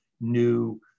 new